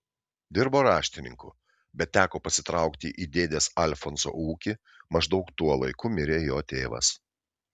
dirbo raštininku bet teko pasitraukti į dėdės alfonso ūkį maždaug tuo laiku mirė jo tėvas